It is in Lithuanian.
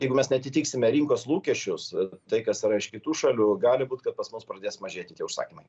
jeigu mes neatitiksime rinkos lūkesčius tai kas yra iš kitų šalių gali būt kad pas mus pradės mažėti tie užsakymai